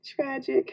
Tragic